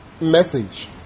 message